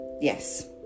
Yes